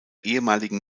ehemaligen